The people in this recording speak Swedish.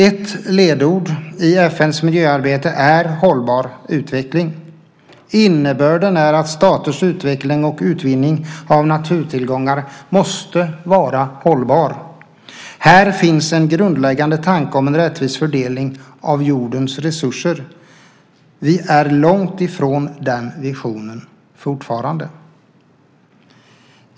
Ett ledord i FN:s miljöarbete är hållbar utveckling. Innebörden är att staters utveckling och utvinning av naturtillgångar måste vara hållbar. Här finns en grundläggande tanke om en rättvis fördelning av jordens resurser. Vi är långt ifrån den visionen fortfarande.